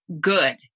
good